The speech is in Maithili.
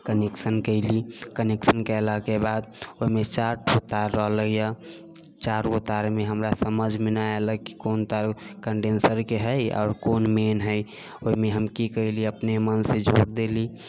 कनेक्शन कएली कनेक्शन कएलाके बाद ओहिमे चार ठो तार रहले हँ चार गो तारमे हमरा समझमे नहि अएलक कि कोन तार कन्डेन्शरके हइ आओर कौन मेन हइ ओहिमे हम कि कएली अपने मनसँ जोड़ देली